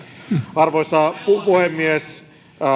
arvoisa puhemies